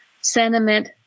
sentiment